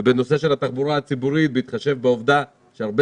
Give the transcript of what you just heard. מה קורה בנושא התחבורה הציבורית בהתחשב בעובדה שהרבה